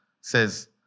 says